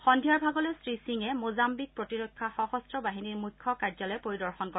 সন্ধিয়াৰ ভাগলৈ শ্ৰীসিঙে মোজাম্বিক প্ৰতিৰক্ষা সশস্ত্ৰ বাহিনীৰ মুখ্য কাৰ্যালয় পৰিদৰ্শন কৰে